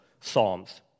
psalms